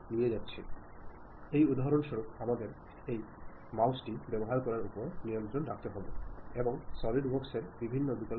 നിങ്ങൾ അയച്ചയാളാകുമ്പോൾ നിങ്ങൾക്ക് ഒരു ആശയം ഉണ്ടാകും ഒരു അനുഭവമുണ്ടാവും അതിൽ ഒരു താത്പര്യം ഉണ്ടായിരിക്കാം നിങ്ങൾക്ക് വസ്തുതാപരമായ ചില വിവരങ്ങൾ ഉണ്ടാവാം